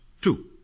Two